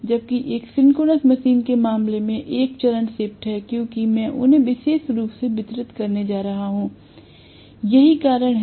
जबकि एक synchronous machine के मामले में एक चरण शिफ्ट है क्योंकि मैं उन्हें विशेष रूप से वितरित करने जा रहा हूं यही कारण है